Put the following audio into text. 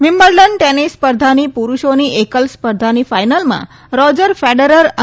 Wimbledon tennis સ્પર્ધાની પુરૂષોની એકલ સ્પર્ધાની ફાઈનલમાં રોજર ફેડરર અને